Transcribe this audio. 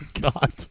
god